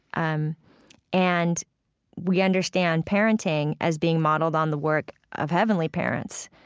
um and we understand parenting as being modeled on the work of heavenly parents.